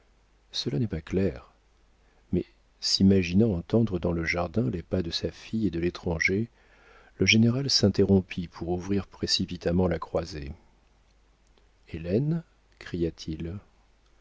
cela n'est pas clair mais s'imaginant entendre dans le jardin les pas de sa fille et de l'étranger le général s'interrompit pour ouvrir précipitamment la croisée hélène cria-t-il